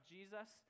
Jesus